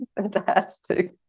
Fantastic